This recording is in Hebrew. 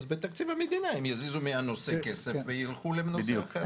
אז בתקציב המדינה הם יזיזו מהנושא כסף וילכו לנושא אחר.